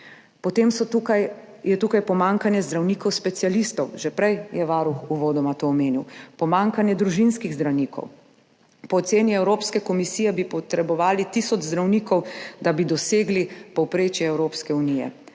Potem je tukaj pomanjkanje zdravnikov specialistov, varuh je to že prej uvodoma omenil, pomanjkanje družinskih zdravnikov. Po oceni Evropske komisije bi potrebovali tisoč zdravnikov, da bi dosegli povprečje Evropske unije.